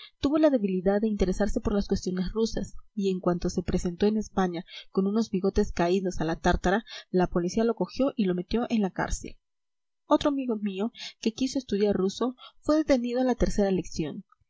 tuvo la debilidad de interesarse por las cuestiones rusas y en cuanto se presentó en españa con unos bigotes caídos a la tártara la policía lo cogió y lo metió en la cárcel otro amigo mío que quiso estudiar ruso fue detenido a la tercera lección